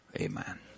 Amen